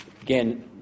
Again